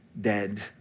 dead